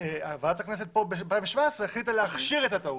והכנסת ב-2017 החליטה להכשיר את הטעות.